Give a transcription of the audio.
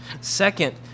Second